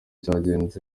cyagenze